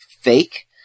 fake